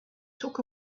took